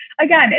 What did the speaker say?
again